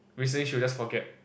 recently she will just forget